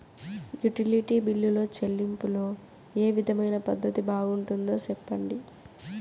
Utility బిల్లులో చెల్లింపులో ఏ విధమైన పద్దతి బాగుంటుందో సెప్పండి?